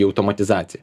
į automatizaciją